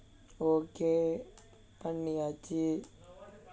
okay பண்ணியாச்சு:panniyaachu